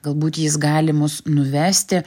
galbūt jis gali mus nuvesti